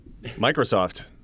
Microsoft